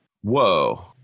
Whoa